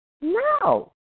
No